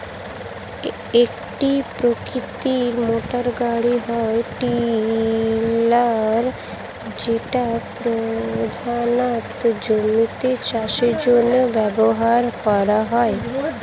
এক প্রকৃতির মোটরগাড়ি হল টিলার যেটা প্রধানত জমিতে চাষের জন্য ব্যবহার করা হয়